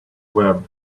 web